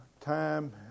time